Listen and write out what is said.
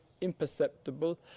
imperceptible